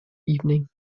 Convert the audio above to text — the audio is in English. evening